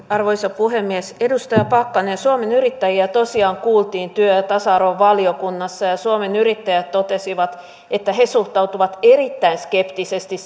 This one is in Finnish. arvoisa puhemies edustaja pakkanen suomen yrittäjiä tosiaan kuultiin työelämä ja tasa arvovaliokunnassa ja suomen yrittäjät totesi että he suhtautuvat erittäin skeptisesti